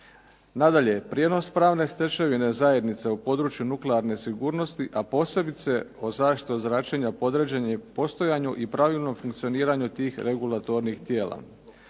Nadalje. Prijenos pravne stečevine zajednice u području nuklearne sigurnosti, a posebice o zaštiti od zračenja podređen je postojanju i pravilnom funkcioniranju tih regulatornih tijela.